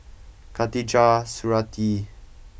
Khatijah Surattee